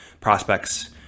prospects